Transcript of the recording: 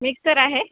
mixer आहे